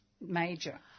major